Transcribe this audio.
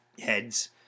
heads